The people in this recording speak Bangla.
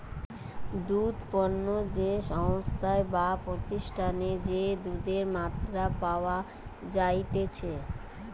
দুধ পণ্য যে সংস্থায় বা প্রতিষ্ঠানে যে দুধের মাত্রা পাওয়া যাইতেছে